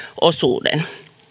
osuuden